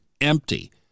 empty